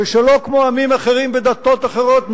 ושלא כמו עמים אחרים ודתות אחרות,